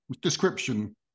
description